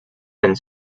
and